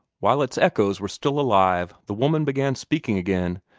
while its echoes were still alive, the woman began speaking again.